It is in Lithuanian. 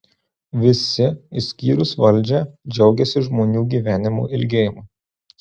visi išskyrus valdžią džiaugiasi žmonių gyvenimo ilgėjimu